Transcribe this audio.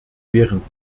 wären